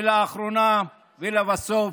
ולבסוף,